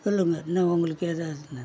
சொல்லுங்க இன்னும் உங்களுக்கு ஏதாவுதுன்னா